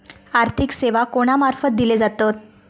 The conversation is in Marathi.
आर्थिक सेवा कोणा मार्फत दिले जातत?